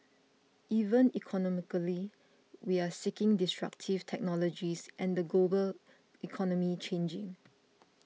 even economically we're seeking destructive technologies and the global economy changing